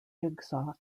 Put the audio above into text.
jigsaw